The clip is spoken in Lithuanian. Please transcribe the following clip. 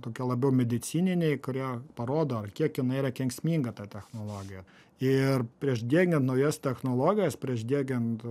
tokie labiau medicininiai kurie parodo ar kiek jinai yra kenksminga ta technologija ir prieš diegiant naujas technologijas prieš diegiant